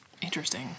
Interesting